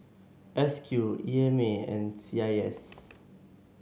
S Q E M A and C I S